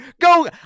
Go